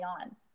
on